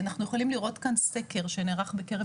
אנחנו יכולים לראות כאן סקר שנערך בקרב